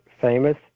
famous